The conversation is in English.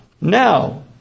now